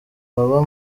baba